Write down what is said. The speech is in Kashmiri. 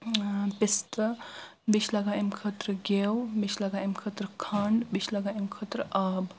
پِستہٕ بیٚیہِ چھِ لگان امہِ خٲطرٕ گٮ۪و بیٚیہِ چھِ لگان امہِ خٲطرٕ کھنٛڈ بیٚیہِ چھِ لگان امہِ خٲطرٕ آب